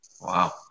Wow